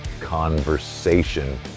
conversation